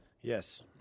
Yes